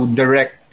direct